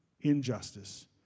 Injustice